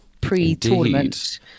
pre-tournament